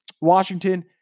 Washington